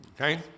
okay